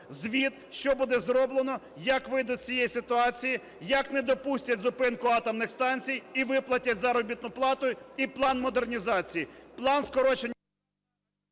звіт, що буде зроблено, як вийдуть з цієї ситуації, як не допустять зупинку атомних станцій і виплатять заробітну плату, і план модернізації,